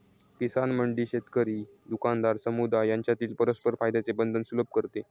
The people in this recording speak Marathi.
किसान मंडी शेतकरी, दुकानदार, समुदाय यांच्यातील परस्पर फायद्याचे बंधन सुलभ करते